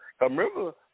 Remember